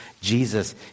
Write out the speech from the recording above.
Jesus